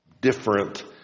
different